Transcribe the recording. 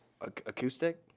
acoustic